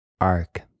arc